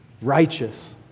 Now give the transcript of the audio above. Righteous